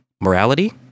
morality